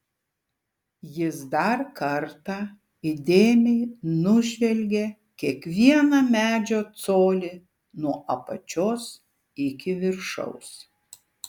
jis dar kartą įdėmiai nužvelgė kiekvieną medžio colį nuo apačios iki viršaus